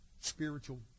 spiritual